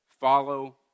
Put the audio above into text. follow